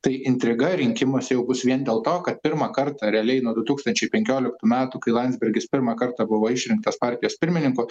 tai intriga rinkimuose jau bus vien dėl to kad pirmą kartą realiai nuo du tūkstančiai penkioliktų metų kai landsbergis pirmą kartą buvo išrinktas partijos pirmininku